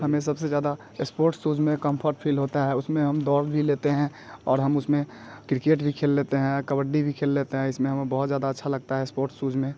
हमें सबसे ज़्यादा इस्पोर्ट्स शूज में कंफ़र्ट फील होता है उसमें हम दौड़ भी लेते हैं और हम उसमें क्रिकेट भी खेल लेते हैं कबड्डी भी खेल लेते हैं इसमें हमें बहुत ज़्यादा अच्छा लगता है स्पोर्ट्स शूज में